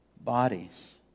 bodies